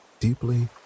Deeply